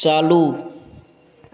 चालू